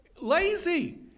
lazy